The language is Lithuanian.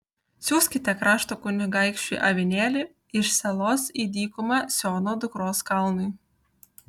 siųskite krašto kunigaikščiui avinėlį iš selos į dykumą siono dukros kalnui